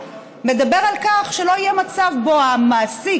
מדבר על כך שלא יהיה מצב שבו המעסיק,